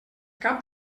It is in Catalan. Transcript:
cap